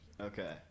Okay